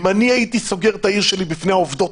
אם הייתי סוגר את העיר שלי בפני העובדות